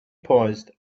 paused